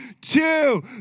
two